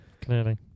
clearly